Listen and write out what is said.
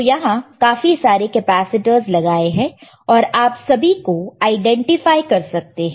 तो यहां काफी सारे कैपेसिटर्स लगाए हैं और आप सभी को आईडेंटिफाई कर सकते हैं